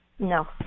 no